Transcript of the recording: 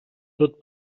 tot